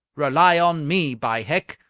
rely on me, by hec!